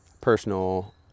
personal